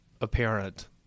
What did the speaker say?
apparent